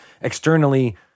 externally